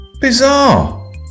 bizarre